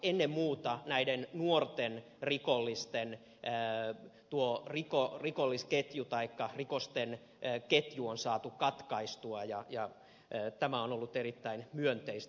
ennen muuta näiden nuorten rikollisten tuo rikosten ketju on saatu katkaistua ja tämä on ollut erittäin myönteistä